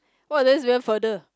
!wah! that's even further